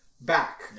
back